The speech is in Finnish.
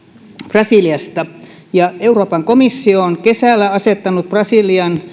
brasiliasta euroopan komissio on kesällä asettanut brasilian